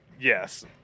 Yes